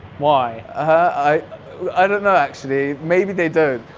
why? i i don't know actually. maybe they don't,